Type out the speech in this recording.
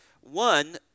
One